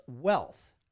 wealth